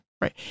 Right